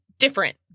different